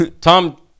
Tom